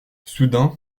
soudain